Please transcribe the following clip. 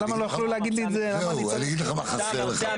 מה חסר לך